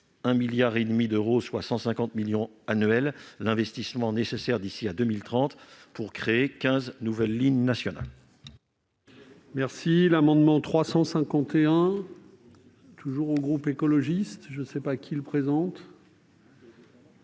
1,5 milliard d'euros, soit 150 millions annuels, l'investissement nécessaire d'ici à 2030 pour créer quinze nouvelles lignes nationales.